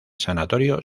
sanatorio